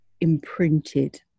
imprinted